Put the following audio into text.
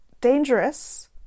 dangerous